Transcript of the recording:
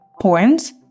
points